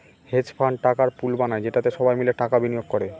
hedge fund টাকার pool বানায় যেটাতে সবাই মিলে টাকা বিনিয়োগ করে